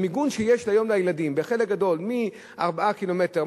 המיגון שיש היום לילדים בחלק גדול מ-4 קילומטר,